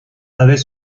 avait